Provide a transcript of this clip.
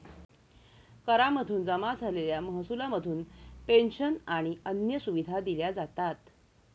करा मधून जमा झालेल्या महसुला मधून पेंशन आणि अन्य सुविधा दिल्या जातात